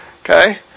Okay